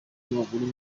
w’amaguru